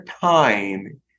time